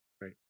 Right